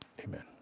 amen